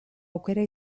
aukera